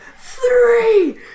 three